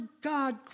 God